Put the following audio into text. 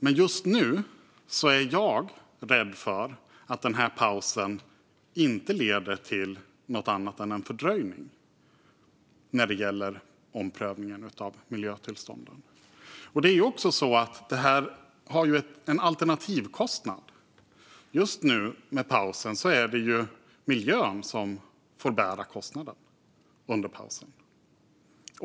Men just nu är jag rädd för att pausen inte leder till något annat än en fördröjning av omprövningen av miljötillstånden. Det har en alternativkostnad. Med pausen är det just nu miljön som får bära kostnaden.